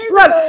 Look